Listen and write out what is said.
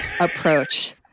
approach